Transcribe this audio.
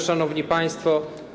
Szanowni Państwo!